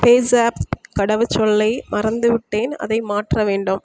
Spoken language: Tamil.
பேஸாப் கடவுச்சொல்லை மறந்துவிட்டேன் அதை மாற்ற வேண்டும்